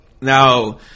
Now